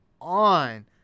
on